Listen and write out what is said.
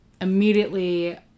immediately